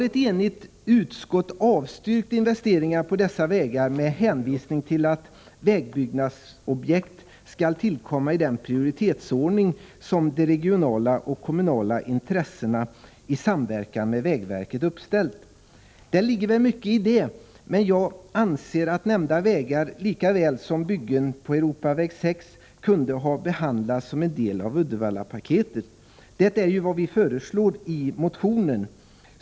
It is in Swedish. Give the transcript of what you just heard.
Ett enigt utskott har avstyrkt vårt förslag om investering på dessa vägar med hänvisning till att vägbyggnadsobjekt skall tillkomma i den prioriteringsordning som de regionala och kommunala intressena i samverkan med vägverket uppställt. Det ligger väl mycket i det, men jag anser att nämnda vägar lika väl som byggen på Europaväg 6 kunde ha behandlats som en del av Uddevallapaketet. Det är vad vi föreslår i motionen.